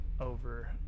over